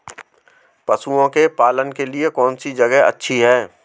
पशुओं के पालन के लिए कौनसी जगह अच्छी है?